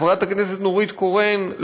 חברת הכנסת נורית קורן,